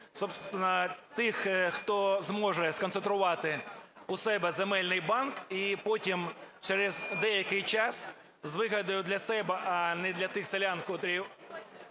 тих, хто зможе сконцентрувати у себе земельний банк і потім через деякий час з вигодою для себе, а не для тих селян, котрі